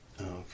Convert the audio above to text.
Okay